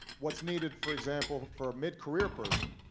what's needed, for example, for a mid-career person,